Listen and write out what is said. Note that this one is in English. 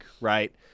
right